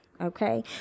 okay